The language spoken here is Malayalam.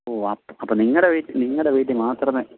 ഓ അപ് അപ്പോൾ നിങ്ങളുടെ വീട്ടിൽ നിങ്ങളുടെ വീട്ടിൽ മാത്രമേ